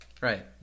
Right